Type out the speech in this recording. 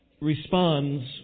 responds